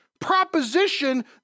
proposition